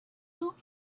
not